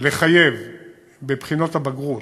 לחייב בבחינות הבגרות